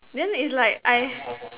then it's like I